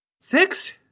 Six